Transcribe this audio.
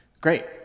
Great